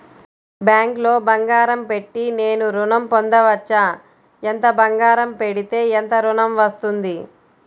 బ్యాంక్లో బంగారం పెట్టి నేను ఋణం పొందవచ్చా? ఎంత బంగారం పెడితే ఎంత ఋణం వస్తుంది?